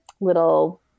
little